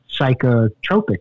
psychotropic